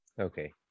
okay